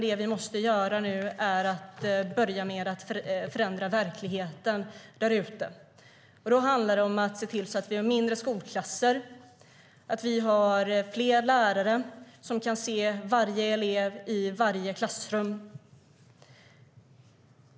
Det vi måste börja med nu är att förändra verkligheten där ute. Då handlar det om att se till att vi får mindre skolklasser och fler lärare som kan se varje elev i varje klassrum.